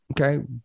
okay